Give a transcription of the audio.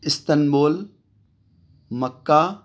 Istanbul Mecca